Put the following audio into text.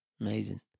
Amazing